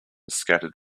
scattered